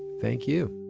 thank you.